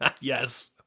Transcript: Yes